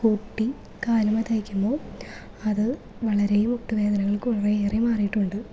കൂട്ടി കാലുമ്മെൽ തേയ്ക്കുമ്പോൾ അത് വളരേ മുട്ടുവേദനകൾക്ക് കുറെയേറെ മാറിയിട്ടുണ്ട്